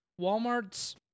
Walmart's